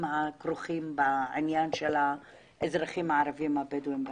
הכרוכים בעניין האזרחים הערבים הבדואים בנגב.